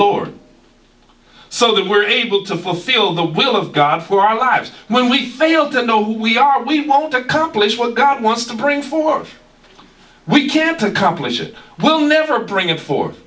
lord so that we're able to fulfill the will of god for our lives when we fail to know who we are we won't accomplish what god wants to bring for we can't accomplish it will never bring it for